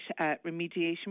Remediation